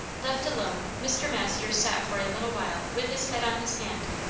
left alone, mr. masters sat for a little while with his head on his hand,